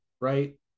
Right